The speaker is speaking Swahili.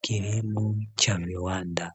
kilimo cha viwanda.